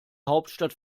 hauptstadt